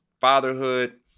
fatherhood